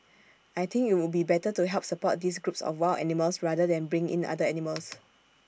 I think IT would be better to help support these groups of wild animals rather than bring in other animals